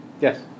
Yes